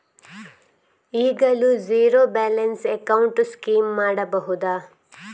ಈಗಲೂ zero balance account scheme ಮಾಡಬಹುದಾ?